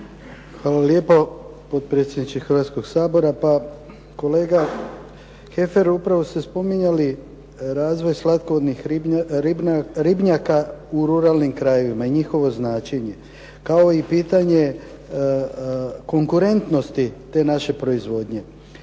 Hvala lijepo, potpredsjedniče Hrvatskog sabora. Pa kolega Heffer, upravo ste spominjali razvoj slatkovodnih ribnjaka u ruralnim krajevima i njihovo značenje, kao i pitanje konkurentnosti te naše proizvodnje.